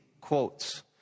quotes